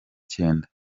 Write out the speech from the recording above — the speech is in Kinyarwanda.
cyenda